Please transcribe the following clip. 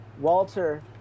Walter